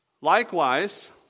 Likewise